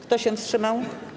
Kto się wstrzymał?